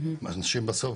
עם אנשים בסוף